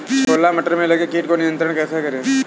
छोला मटर में लगे कीट को नियंत्रण कैसे करें?